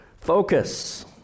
Focus